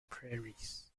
prairies